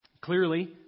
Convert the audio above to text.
Clearly